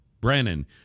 Brennan